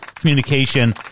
communication